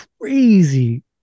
crazy